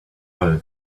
other